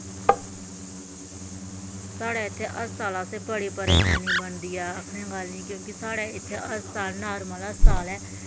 साढ़ै इत्थें हस्ताल असें बड़ी परेशानी बनदी ऐ आखने गल्ल निं क्युंकि साढ़ै इत्थे हस्ताल नार्मल हस्ताल ऐ